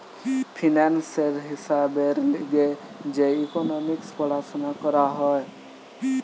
ফিন্যান্সের হিসাবের লিগে যে ইকোনোমিক্স পড়াশুনা করা হয়